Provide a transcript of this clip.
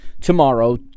tomorrow